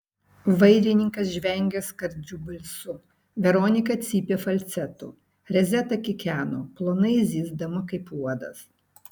vairininkas žvengė skardžiu balsu veronika cypė falcetu rezeta kikeno plonai zyzdama kaip uodas